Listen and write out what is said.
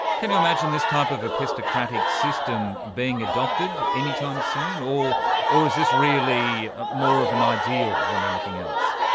can you imagine this type of epistocratic system being adopted anytime soon, or or is this really more of an ideal than anything else?